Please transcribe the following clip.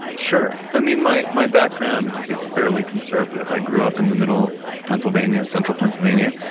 sure. i mean, my my background is fairly conservative. i grew up in the middle of pennsylvania, central pennsylvania,